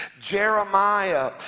Jeremiah